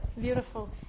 beautiful